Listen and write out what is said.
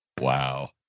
Wow